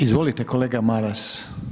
Izvolite kolega Maras.